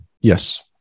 Yes